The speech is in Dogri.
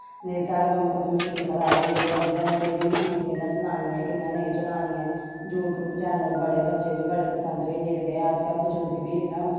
साढ़े कोला कंदे मशीन खराब होई दी होग ओह्बी दसदे ओह् कि मशीन कियां चलानी ऐ कियां नेई चलानी ऐ यूट्यूब चैनल बडे़ बच्चे बडे पसंद होइय़े दिक्खदे ऐ अज कल बजुर्ग बी